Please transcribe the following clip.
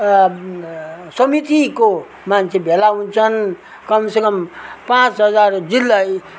समितिको मान्छे भेला हुन्छन् कमसेकम पाँच हजार जिल्लै